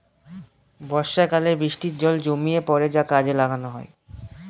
বর্ষাকালে বৃষ্টির জল জমিয়ে পরে কাজে লাগানো হয়